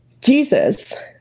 jesus